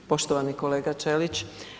Poštovani kolega Ćelić.